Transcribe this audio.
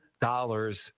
dollars